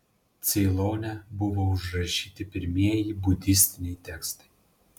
ceilone buvo užrašyti pirmieji budistiniai tekstai